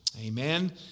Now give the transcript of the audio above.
Amen